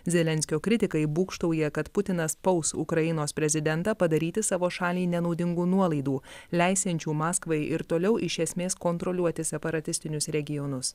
zelenskio kritikai būgštauja kad putinas spaus ukrainos prezidentą padaryti savo šaliai nenaudingų nuolaidų leisiančių maskvai ir toliau iš esmės kontroliuoti separatistinius regionus